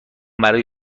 برای